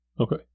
Okay